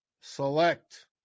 select